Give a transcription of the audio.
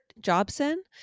Jobson